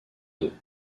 deux